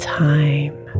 time